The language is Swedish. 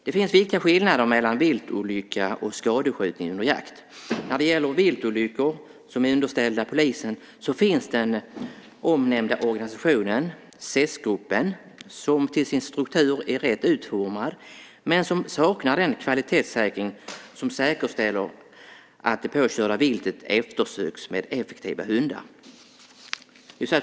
Det finns viktiga skillnader mellan viltolycka och skadeskjutning under jakt. Viltolyckor är underställda polisen, och där finns den omnämnda organisationen, SES-gruppen, som till sin struktur är rätt utformad, men den saknar den kvalitetssäkring som säkerställer att det påkörda viltet eftersöks med effektiva hundar.